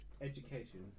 education